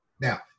Now